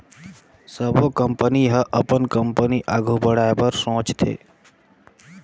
सबो कंपनी ह अपन कंपनी आघु बढ़ाए बर सोचथे